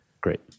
Great